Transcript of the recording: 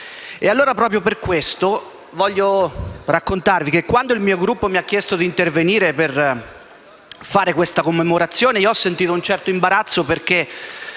Proprio per questo, voglio raccontarvi che, quando il mio Gruppo mi ha chiesto di intervenire per fare questa commemorazione, ho avvertito un certo imbarazzo, perché